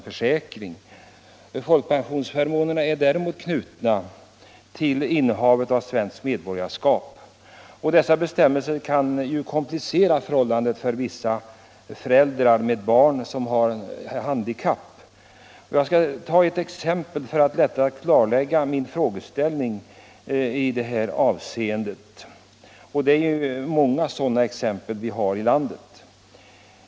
Folkpensionsförmånerna är däremot knutna till innehavet av svenskt medborgarskap, och dessa bestämmelser kan komplicera förhållandet för vissa föräldrar till barn med handikapp. För att lättare klarlägga frågeställningen skall jag ta ett exempel — det finns många sådana som skulle kunna anföras.